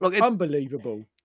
Unbelievable